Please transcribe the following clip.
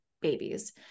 babies